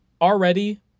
already